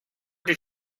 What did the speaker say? did